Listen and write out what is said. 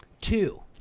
two